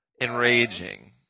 enraging